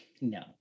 no